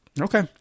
Okay